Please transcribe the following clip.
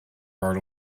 are